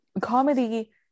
comedy